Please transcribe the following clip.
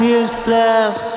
useless